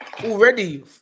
Already